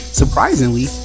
surprisingly